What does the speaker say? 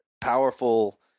powerful